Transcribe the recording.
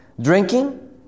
Drinking